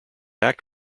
act